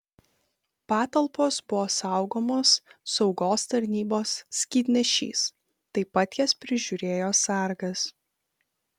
patalpos buvo saugomos saugos tarnybos skydnešys taip pat jas prižiūrėjo sargas